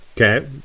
Okay